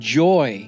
joy